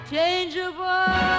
Changeable